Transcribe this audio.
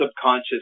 subconscious